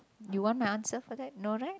you want my answer for that no right